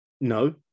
No